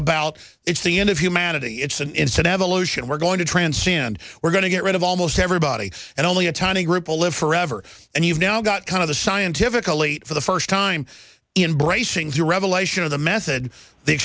about it's the end of humanity it's an instant evolution we're going to transcend we're going to get rid of almost everybody and only a tiny group will live forever and you've now got kind of the scientifically for the first time in bracing the revelation of the method the